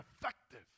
effective